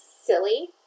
silly